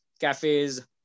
cafes